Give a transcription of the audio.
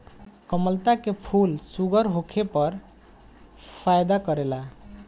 कामलता के फूल शुगर होखे पर फायदा करेला